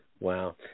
Wow